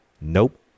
nope